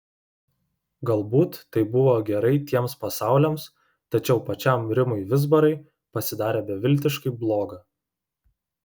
galbūt tai buvo gerai tiems pasauliams tačiau pačiam rimui vizbarai pasidarė beviltiškai bloga